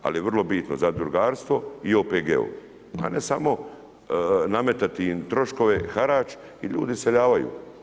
Ali je vrlo bitno zadrugarstvo i OPG-ovi, a ne samo nametati im troškove, harač i ljudi iseljavaju.